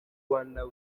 ruanda